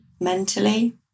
mentally